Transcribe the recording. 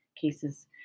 cases